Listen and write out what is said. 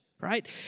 right